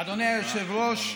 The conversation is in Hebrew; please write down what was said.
אדוני היושב-ראש,